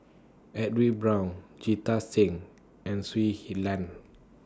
Edwin Brown Jita Singh and Shui He Lan